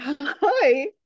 hi